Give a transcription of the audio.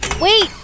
Wait